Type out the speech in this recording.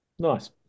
Nice